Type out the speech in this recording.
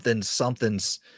something's